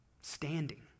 standing